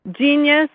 genius